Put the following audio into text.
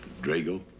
drago.